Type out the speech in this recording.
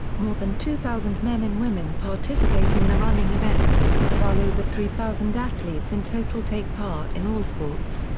more than two thousand men and women participate in the running events, while over three thousand athletes in total take part in all sports.